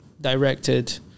directed